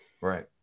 right